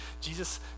Jesus